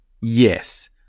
Yes